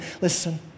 listen